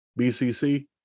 bcc